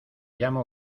llama